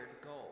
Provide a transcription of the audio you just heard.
goal